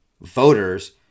voters